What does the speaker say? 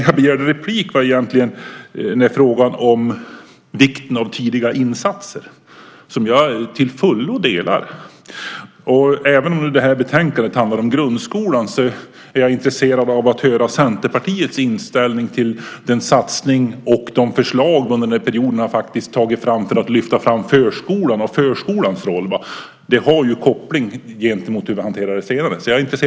Jag begärde replik när det gäller frågan om vikten av tidiga insatser - en inställning som jag till fullo delar. Även om det här betänkandet handlar om grundskolan är jag intresserad av att höra Centerpartiets inställning till den satsning och de förslag som man under den här perioden har tagit fram för att lyfta fram förskolan och förskolans roll. Det har ju koppling till hur man hanterar det senare.